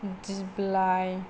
दिप्लाय